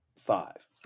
five